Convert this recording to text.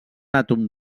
àtom